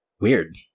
weird